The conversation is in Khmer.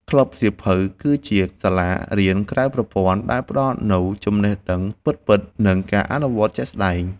ក្លឹបសៀវភៅគឺជា សាលារៀនក្រៅប្រព័ន្ធ ដែលផ្ដល់នូវចំណេះដឹងពិតៗ និងការអនុវត្តជាក់ស្ដែង។